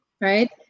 right